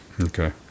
Okay